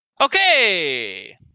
Okay